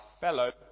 fellow